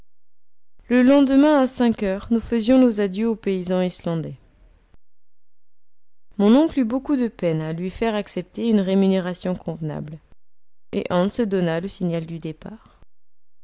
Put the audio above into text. le lendemain à cinq heures nous faisions nos adieux au paysan islandais mon oncle eut beaucoup de peine à lui faire accepter une rémunération convenable et hans donna le signal du départ